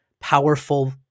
powerful